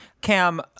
Cam